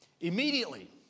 Immediately